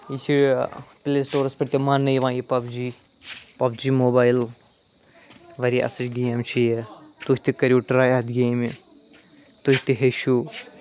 یہِ چھِ play stores پٮ۪ٹھ تہِ ماننہٕ یِوان یہِ PUBG PUBG mobile واریاہ اَصٕل گیم چھِ یہِ تُہۍ تہِ کٔرِو ٹرٛے اَتھ گیمہِ تُہۍ تہِ ہیٚچھو